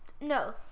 No